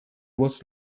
was